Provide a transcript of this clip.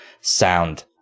sound